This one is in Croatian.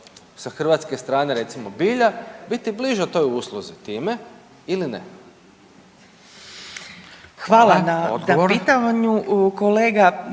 sa hrvatske strane recimo Bilja biti bliže toj usluzi time ili ne? **Radin, Furio